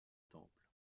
temple